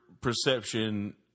perception